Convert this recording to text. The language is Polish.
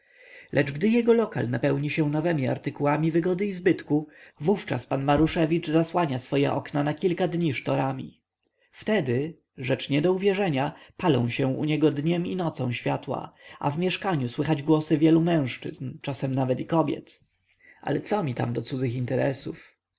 lecz gdy jego lokal napełni się nowemi artykułami wygody i zbytku wówczas pan maruszewicz zasłania swoje okna na kilka dni sztorami wtedy rzecz nie do uwierzenia palą się u niego dniem i nocą światła a w mieszkaniu słychać głosy wielu mężczyzn czasami nawet i kobiet ale co mi tam do cudzych interesów